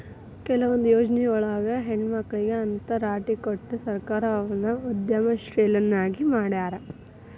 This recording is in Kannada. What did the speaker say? ಕೆಲವೊಂದ್ ಯೊಜ್ನಿಯೊಳಗ ಹೆಣ್ಮಕ್ಳಿಗೆ ಅಂತ್ ರಾಟಿ ಕೊಟ್ಟು ಸರ್ಕಾರ ಅವ್ರನ್ನ ಉದ್ಯಮಶೇಲ್ರನ್ನಾಗಿ ಮಾಡ್ಯಾರ